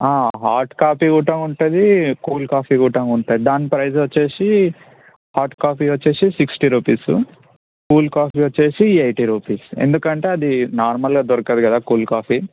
heart coffee గూటం ఉంటుంది cool coffee గూటం ఉంటుంది దాని ప్రైస్ వచ్చేసి హార్ట్ కాఫీ వచ్చేసి సిక్స్టీ రూపీసు కూల్ కాఫీ వచ్చేసి ఎయిటీ రూపీసు ఎందుకంటే అది నార్మల్గా దొరకదు కదా కూల్ కాఫీ